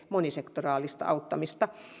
monisektoraalista auttamista